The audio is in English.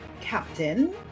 Captain